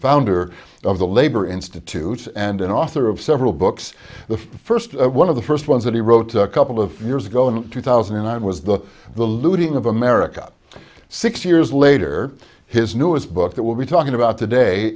founder of the labor institute and an author of several books the first one of the first ones that he wrote a couple of years ago in two thousand and nine was the the looting of america six years later his newest book that we'll be talking about today